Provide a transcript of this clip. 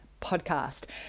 podcast